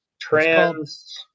Trans